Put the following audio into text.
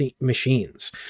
machines